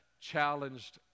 challenged